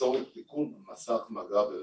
לצורך תיקון מסך מגע ברכבו.